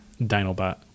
Dinobot